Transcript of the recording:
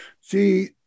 See